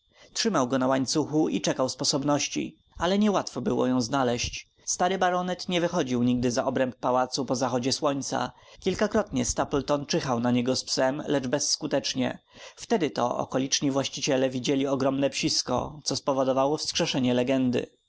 trzymał go na łańcuchu i czekał sposobności ale niełatwo było ją znaleźć stary baronet nie wychodził nigdy za obręb pałacu po zachodzie słońca kilkakrotnie stapleton czyhał na niego z psem lecz bezskutecznie wtedy to okoliczni włościanie widzieli ogromne psisko co spowodowało wskrzeszenie legendy